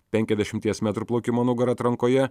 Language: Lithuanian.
penkiasdešimties metrų plaukimo nugara atrankoje